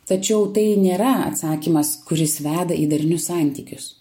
tačiau tai nėra atsakymas kuris veda į darnius santykius